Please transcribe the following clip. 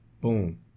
boom